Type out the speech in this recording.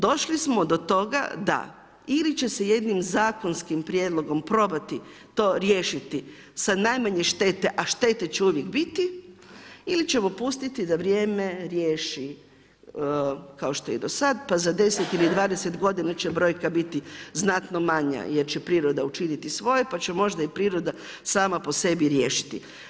Došli smo do toga da ili će se jednim zakonskim prijedlogom probati to riješiti sa najmanje štete a štete će uvijek biti ili ćemo pustiti da vrijeme riješi kao što je i do sada pa za 10 ili 20 godina će brojka biti znatno manja jer će priroda učiniti svoje pa će možda i priroda sama po sebi riješiti.